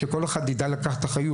שכל אחד ידע לקחת אחריות.